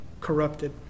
corrupted